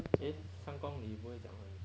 eh 三公里不会讲很